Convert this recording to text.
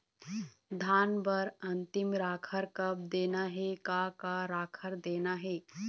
धान बर अन्तिम राखर कब देना हे, का का राखर देना हे?